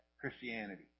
Christianity